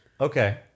Okay